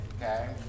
Okay